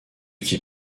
qui